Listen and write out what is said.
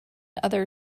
other